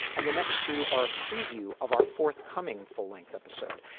and the next two are a preview of our forthcoming full length episode.